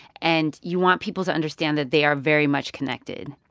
and you want people to understand that they are very much connected.